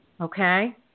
Okay